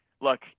look